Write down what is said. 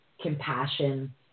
compassion